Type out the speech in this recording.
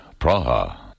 Praha